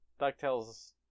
DuckTales